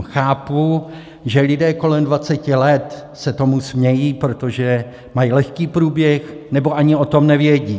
Chápu, že lidé kolem dvaceti let se tomu smějí, protože mají lehký průběh nebo ani o tom nevědí.